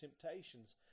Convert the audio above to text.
temptations